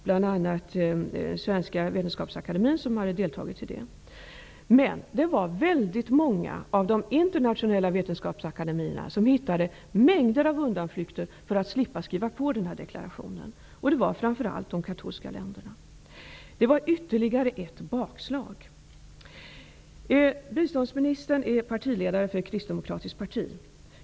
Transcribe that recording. Bl.a Svenska vetenskapsakademien hade deltagit i det arbetet. Väldigt många av de internationella vetenskapsakademierna, framför allt från de katolska länderna, hittade mängder av undanflykter för att slippa att skriva på deklarationen. Det var ytterligare ett bakslag. Biståndsministern är partiledare för ett kristdemokratiskt parti.